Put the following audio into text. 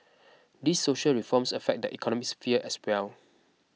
these social reforms affect the economic sphere as well